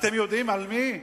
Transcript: אתם יודעים על מי?